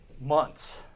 months